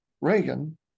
Reagan